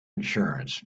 insurance